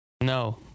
No